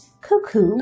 Cuckoo